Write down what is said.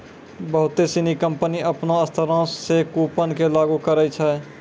बहुते सिनी कंपनी अपनो स्तरो से कूपन के लागू करै छै